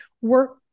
work